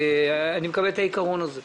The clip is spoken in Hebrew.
אני מקבל את העיקרון הזה,